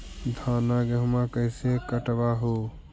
धाना, गेहुमा कैसे कटबा हू?